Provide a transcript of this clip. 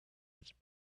its